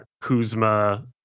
Kuzma